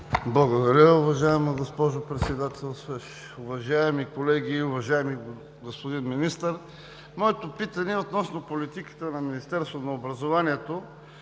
Благодаря, госпожо Председателстваща. Уважаеми колеги! Уважаеми господин Министър, моето питане е относно политиката на Министерството на образованието